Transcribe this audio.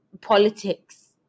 politics